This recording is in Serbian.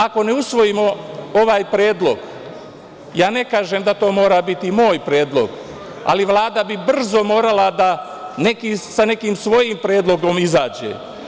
Ako ne usvojimo ovaj predlog, ne kažem da to mora biti moj predlog, ali Vlada bi morala brzo da sa nekim svojim predlogom izađe.